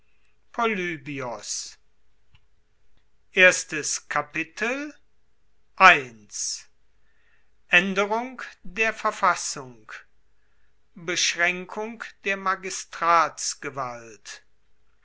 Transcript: polybios erstes kapitel aenderung der verfassung beschraenkung der